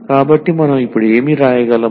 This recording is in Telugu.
కాబట్టి మనం ఇప్పుడు ఏమి వ్రాయగలం